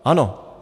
Ano.